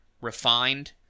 refined